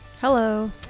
hello